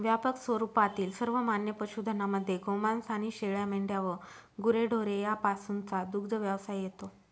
व्यापक स्वरूपातील सर्वमान्य पशुधनामध्ये गोमांस आणि शेळ्या, मेंढ्या व गुरेढोरे यापासूनचा दुग्धव्यवसाय येतो